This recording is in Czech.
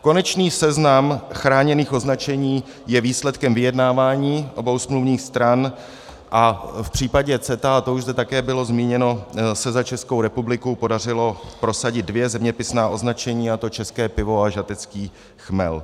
Konečný seznam chráněných označení je výsledkem vyjednávání obou smluvních stran a v případě CETA, a to už zde také bylo zmíněno, se za Českou republiku podařilo prosadit dvě zeměpisná označení, a to české pivo a žatecký chmel.